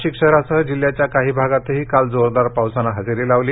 नाशिक शहरासह जिल्ह्याच्या काही भागातही काल जोरदार पावसानं हजेरी लावली